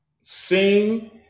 sing